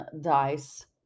Dice